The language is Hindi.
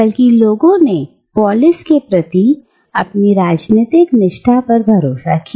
बल्कि लोगों ने पोलिस के प्रति अपनी राजनीतिक निष्ठा पर भरोसा किया